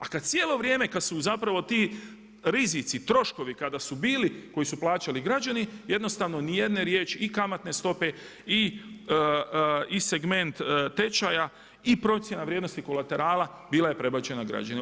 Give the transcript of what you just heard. A kad cijelo vrijeme, kad su zapravo ti rizici troškovi, kada su bili koje su plaćali građani jednostavno ni jedne riječi i kamatne stope i segment tečaja i procjena vrijednosti kolaterala bila je prebačena građanima.